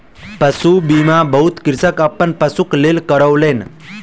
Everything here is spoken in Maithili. पशु बीमा बहुत कृषक अपन पशुक लेल करौलेन